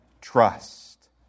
trust